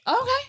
Okay